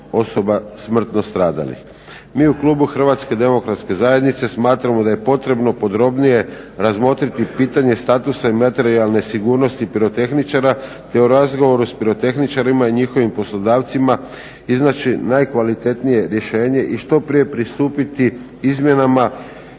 osoba smrtno stradalih. Mi u klubu HDZ-a smatramo da je potrebno podrobnije razmotriti pitanje statusa i materijalne sigurnosti pirotehničara te u razgovoru s pirotehničarima i njihovim poslodavcima iznaći najkvalitetnije rješenje i što prije pristupiti izmjenama